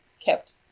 kept